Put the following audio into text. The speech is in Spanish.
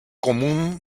común